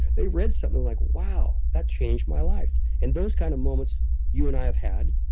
they read something like, wow that changed my life. and those kind of moments you and i have had,